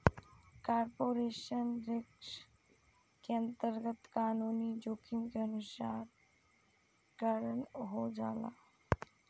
operational risk के अंतरगत कानूनी जोखिम नुकसान के कारन हो जाला